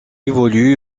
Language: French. évolue